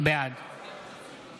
בעד